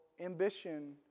ambition